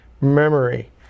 memory